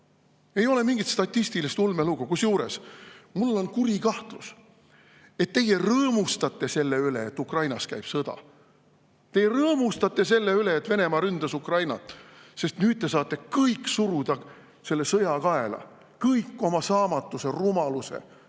Ei ole mingit statistilist ulmelugu. Kusjuures mul on kuri kahtlus, et teie rõõmustate selle üle, et Ukrainas käib sõda. Te rõõmustate selle üle, et Venemaa ründas Ukrainat, sest nüüd te saate suruda kõik sõja kaela, kogu oma saamatuse, rumaluse, oma